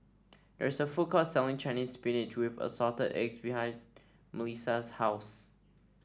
there is a food court selling Chinese Spinach with Assorted Eggs behind MelissiA's house